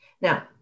Now